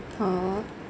oh